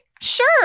sure